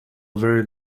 very